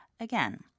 again